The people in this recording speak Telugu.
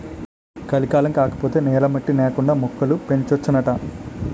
కలికాలం కాకపోతే నేల మట్టి నేకండా మొక్కలు పెంచొచ్చునాట